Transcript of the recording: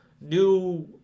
new